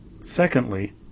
Secondly